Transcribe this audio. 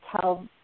tell